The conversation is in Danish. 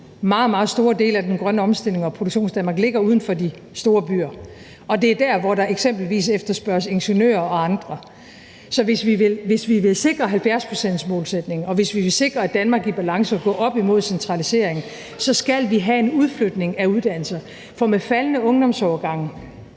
meget store dele af den grønne omstilling og Produktionsdanmark ligger uden for de store byer. Og det er der, hvor der eksempelvis efterspørges ingeniører og andre. Så hvis vi vil sikre 70-procentsmålsætningen, og hvis vi vil sikre et Danmark i balance og gå op imod centraliseringen, så skal vi have en udflytning af uddannelser. For med faldende ungdomsårgange